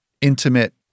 intimate